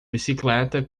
bicicleta